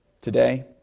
today